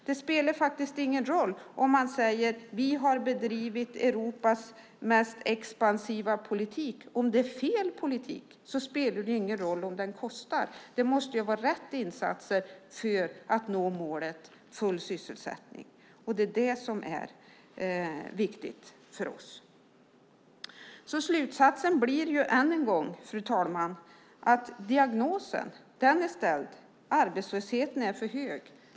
Det spelar faktiskt ingen roll om man säger att man har bedrivit Europas mest expansiva politik. Om det är fel politik spelar det ingen roll om den kostar. Det måste ju vara rätt insatser för att nå målet full sysselsättning. Det är det som är viktigt för oss. Slutsatsen blir än en gång, fru talman, att diagnosen är ställd: Arbetslösheten är för hög.